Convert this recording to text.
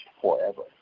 forever